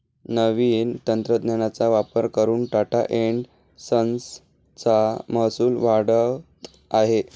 नवीन तंत्रज्ञानाचा वापर करून टाटा एन्ड संस चा महसूल वाढत आहे